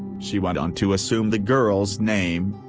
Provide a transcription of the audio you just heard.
she went on to assume the girl's name,